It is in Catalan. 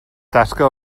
tasca